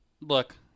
Look